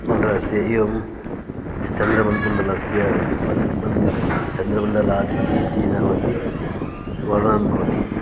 मण्डलस्य एवं चन्द्रमण्डलं मण्डलस्य मन् मं चन्दमण्डलात् इति इति न भवति वर्णनं भवति